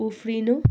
उफ्रिनु